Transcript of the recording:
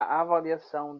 avaliação